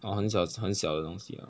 oh 很小很小的东西 ah